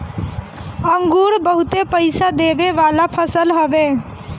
अंगूर बहुते पईसा देवे वाला फसल हवे